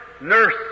nurse